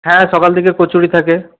হ্যাঁ সকাল থেকে কচুরী থাকে